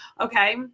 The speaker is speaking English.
Okay